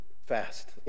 fast